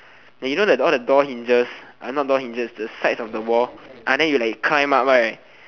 and you know the door the door hinges not door hinges the sides of the wall then you like climb up right